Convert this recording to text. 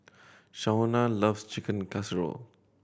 Shauna loves Chicken Casserole